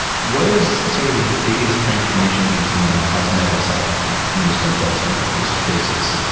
what is sort of the biggest transformation that you've seen on the cosmetic side from from doing stem cells in people's faces?